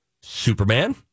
Superman